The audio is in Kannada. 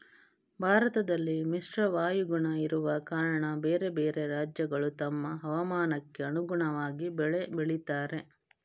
ಭಾರತದಲ್ಲಿ ಮಿಶ್ರ ವಾಯುಗುಣ ಇರುವ ಕಾರಣ ಬೇರೆ ಬೇರೆ ರಾಜ್ಯಗಳು ತಮ್ಮ ಹವಾಮಾನಕ್ಕೆ ಅನುಗುಣವಾಗಿ ಬೆಳೆ ಬೆಳೀತಾರೆ